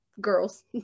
girls